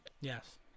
Yes